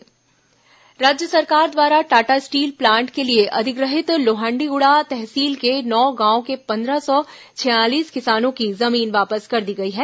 लोहंडीग्ड़ा जमीन वापसी राज्य सरकार द्वारा टाटा स्टील प्लांट के लिए अधिग्रहित लोहंडीगुड़ा तहसील के नौ गांवों के पंद्रह सौ छियालीस किसानों की जमीन वापस कर दी गई है